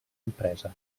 empresa